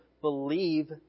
Believe